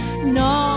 ¡No